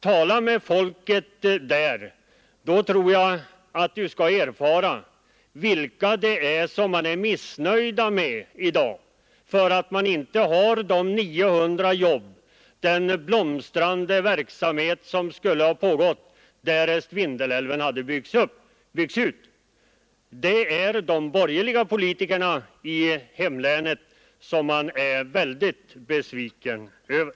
Tala med folket där! Då tror jag att Ni skall få erfara mot vilka missnöjet i dag riktar sig för att man inte har de 900 jobb och den blomstrande verksamhet som skulle ha pågått därest Vindelälven hade byggts ut. Det är de borgerliga politikerna i hemlänet som man är väldigt besviken över!